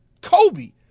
Kobe